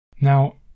Now